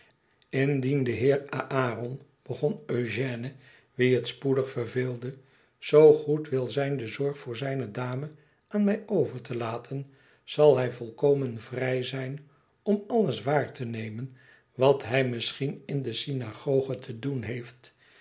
indien de heer aaron begon eugène wien het spoedig verveelde zoo goed wil zijn de zorg voor zijne dame aan mij over te laten zal hij volkomen vrij zijn om alles waar te nemen wat hij misschien in de synagoge te doen heeft